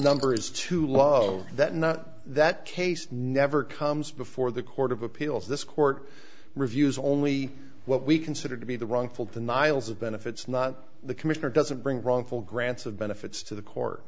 number is too low that not that case never comes before the court of appeals this court reviews only what we consider to be the wrongful denials of benefits not the commissioner doesn't bring wrongful grants of benefits to the court